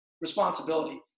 responsibility